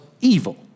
evil